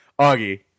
Augie